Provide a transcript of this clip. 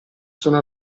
sono